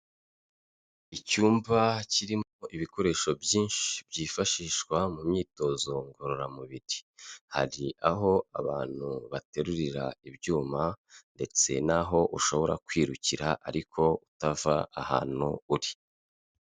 Icyumba kirimo ibikoresho byinshi byifashishwa mu myitozo ngororamubiri. Hari aho abantu baterurira ibyuma ndetse n'aho ushobora kwirukira ariko utava ahantu uri.